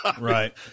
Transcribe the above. Right